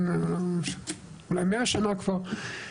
אולי 100 שנה כבר,